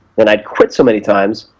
and i'd quit so many times,